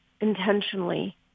intentionally